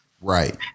Right